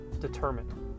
determined